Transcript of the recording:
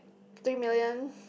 three million